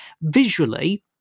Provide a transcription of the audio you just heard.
Visually